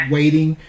waiting